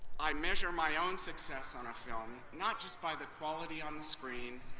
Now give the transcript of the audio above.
i measure my own success on a film not just by the quality on the screen,